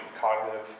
cognitive